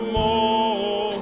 more